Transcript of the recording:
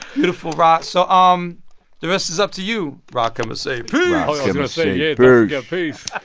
beautiful, ra. so um the rest is up to you, rakim, to say peace say yeah yeah peace